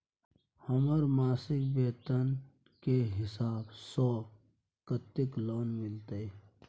हमर मासिक वेतन के हिसाब स कत्ते लोन मिलते?